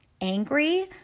angry